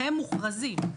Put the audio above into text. הם מוכרזים.